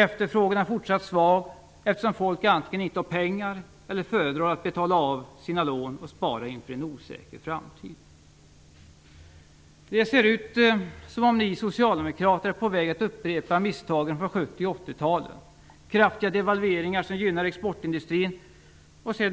Efterfrågan är fortsatt svag eftersom folk antingen inte har pengar eller föredrar att betala av sina lån och spara inför en osäker framtid. Det ser ut som om ni socialdemokrater är på väg att upprepa misstagen från 70 och 80-talen: kraftiga devalveringar som gynnar exportindustrin,